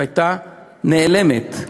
והייתה נעלמת,